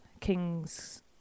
King's